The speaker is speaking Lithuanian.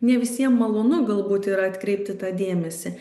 ne visiems malonu galbūt yra atkreipt į tą dėmesį